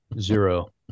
zero